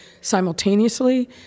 simultaneously